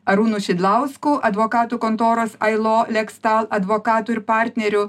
arūnu šidlausku advokatų kontoros ailo lekstal advokatu ir partneriu